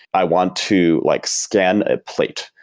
i want to like scan a plate.